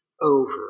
over